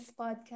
podcast